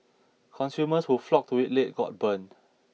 consumers who flocked to it late got burned